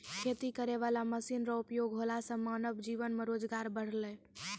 खेती करै वाला मशीन रो उपयोग होला से मानब जीवन मे रोजगार बड़लै